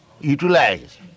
utilize